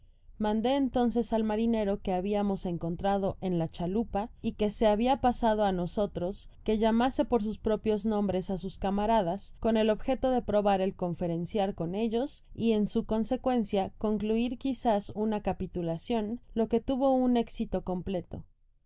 mandé entonces al marinero que habiamos encontrado en la chalupa y que se habia pasado á nosotros que llamase por sus propios nombres á sus camaradas con el objete de probar el conferenciar con ellos y en su consecuencia concluir quizás una capitulacion lo que tuvo un éxito completo